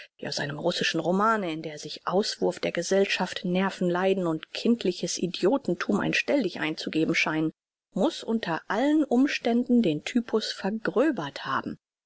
wie aus einem russischen romane in der sich auswurf der gesellschaft nervenleiden und kindliches idiotenthum ein stelldichein zu geben scheinen muß unter allen umständen den typus vergröbert haben